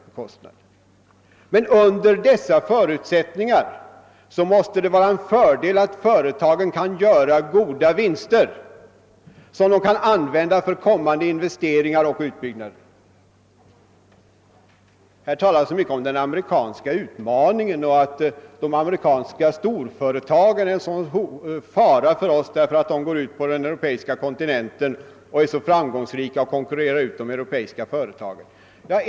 Men under dessa förutsättningar måste det vara en fördel att företagen kan göra goda vinster som kan användas för kommande investeringar och utbyggnader. Här talas så mycket om den amerikanska utmaningen. Det sägs att de amerikanska storföretagen är en fara för oss därför att de går ut på den europeiska kontinenten och där är så framgångsrika att de konkurrerar ut de europeiska företagen.